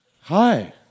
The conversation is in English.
Hi